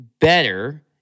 better